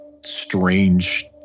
strange